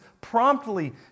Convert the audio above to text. promptly